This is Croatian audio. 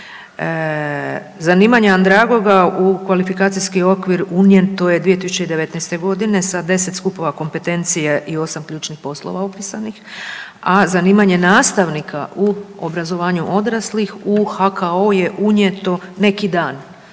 Zanimanje andragoga u kvalifikacijski okvir unijeto je 2019. godine sa 10 skupova kompetencije i 8 ključnih poslova upisanih, a zanimanje nastavnika u obrazovanju odraslih u HKO-u je unijeto neki dan,